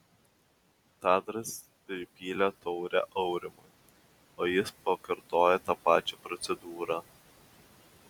tadas pripylė taurę aurimui o jis pakartojo tą pačią procedūrą